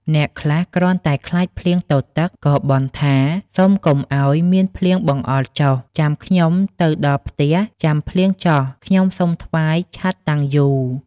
មានអ្នកខ្លះគ្រាន់តែខ្លាចភ្លៀងទទឹក ក៏បន់ថា ៖ សុំកុំឲ្យមានភ្លៀងបង្អុរចុះ ចាំខ្ញុំទៅដល់ផ្ទះចាំភ្លៀងចុះ ខ្ញុំសុំថ្វាយឆត្រ តាំងយូ។